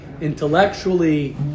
intellectually